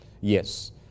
Yes